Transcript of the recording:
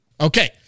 Okay